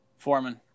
Foreman